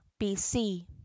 BC